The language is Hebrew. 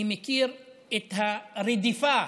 אני מכיר את הרדיפה